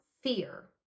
fear